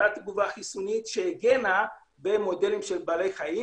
אותה תגובה חיסונית שהגנה במודלים של בעלי חיים.